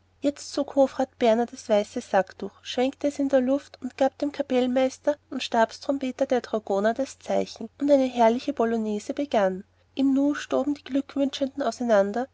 jetzt zog hofrat berner das weiße sacktuch schwenkte es in der luft und gab dem kapellmeister und stabstrompeter der dragoner das zeichen und eine herrliche polonäse begann im nu stoben die glückwünschenden auseinander